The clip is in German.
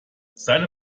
seine